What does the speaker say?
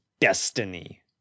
destiny